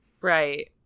Right